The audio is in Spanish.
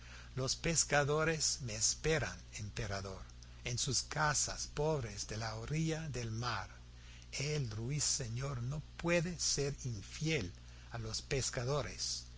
los pescadores me esperan emperador en sus casas pobres de la orilla del mar el ruiseñor no puede ser infiel a los pescadores